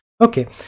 okay